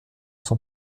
son